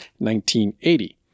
1980